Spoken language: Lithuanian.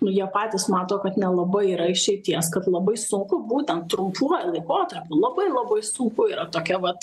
nu jie patys mato kad nelabai yra išeities kad labai sunku būtent trumpuoju laikotarpiu labai labai sunku yra tokia vat